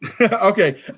Okay